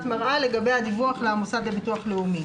המראה לגבי הדיווח למוסד לביטוח לאומי